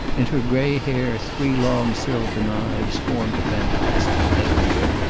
in her grey hair three long silver knives formed a fantastic headgear.